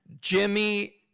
Jimmy